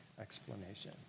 explanation